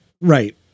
right